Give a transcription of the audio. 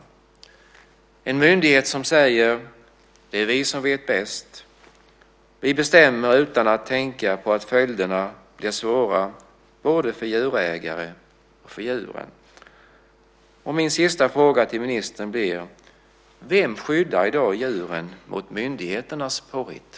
Det är en myndighet som säger: Det är vi som vet bäst. Vi bestämmer utan att tänka på att följderna blir svåra både för djurägare och för djur. Min sista fråga till ministern blir: Vem skyddar i dag djuren mot myndigheternas påhitt?